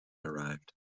arrived